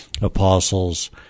apostles